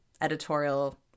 editorial